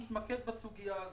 נתמקד בסוגיה הזו.